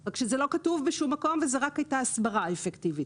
אלא שזה לא כתוב בשום מקום וזאת רק הייתה הסברה אפקטיבית.